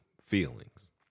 feelings